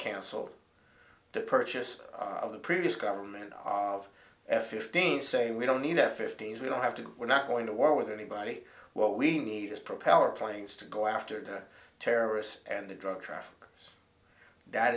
cancelled the purchase of the previous government of f fifteen say we don't need a fifty's we'll have to we're not going to war with anybody what we need is propeller planes to go after the terrorists and the drug traffickers that